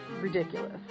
ridiculous